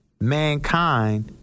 mankind